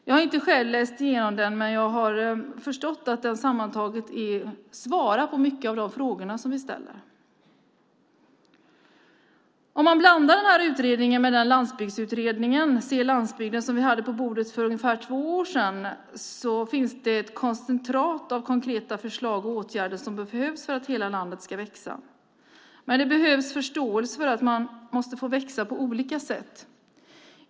Jag har inte själv läst igenom utredningen, men jag har förstått att den sammantaget svarar på många av de frågor vi ställer. Om man blandar den här utredningen med den landsbygdsutredning, Se landsbygden , som vi hade på bordet för ungefär två år sedan kan vi notera att det finns ett koncentrat av konkreta förslag och åtgärder som behövs för att hela landet ska växa, men det behövs förståelse för att man måste få växa på olika sätt.